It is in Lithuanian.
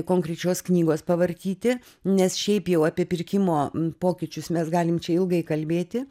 konkrečios knygos pavartyti nes šiaip jau apie pirkimo pokyčius mes galim čia ilgai kalbėti